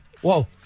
Whoa